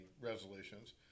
resolutions